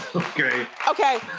okay. okay.